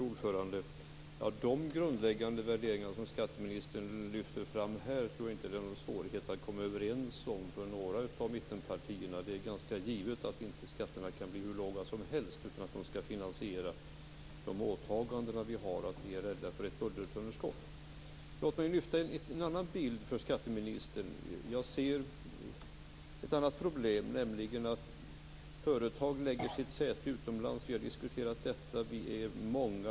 Fru talman! De grundläggande värderingar som skatteministern lyfter fram här tror jag inte att det är någon svårighet att hålla med om för något av mittenpartierna. Det är ganska givet att skatterna inte kan bli hur låga som helst utan att de skall finansiera de åtaganden vi har och att vi är rädda för ett budgetunderskott. Låt mig lyfta fram en annan bild för skatteministern. Jag ser ett annat problem, nämligen att företag lägger sitt säte utomlands. Vi har diskuterat detta.